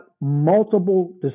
multiple